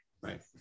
Right